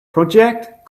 project